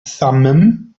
thummim